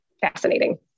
fascinating